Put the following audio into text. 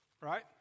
Right